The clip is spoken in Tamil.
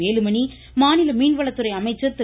வேலுமணி மீன்வளத்துறை அமைச்சர் திரு